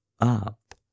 up